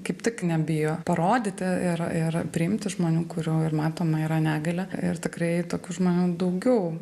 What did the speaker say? kaip tik nebijo parodyti ir ir priimti žmonių kurių ir matoma yra negalia ir tikrai tokių žmonių daugiau